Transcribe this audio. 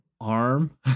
arm